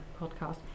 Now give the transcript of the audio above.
podcast